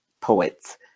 poets